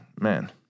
man